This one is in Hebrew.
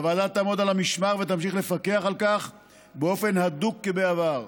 והוועדה תעמוד על המשמר ותמשיך לפקח על כך באופן הדוק כבעבר.